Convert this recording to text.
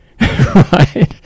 Right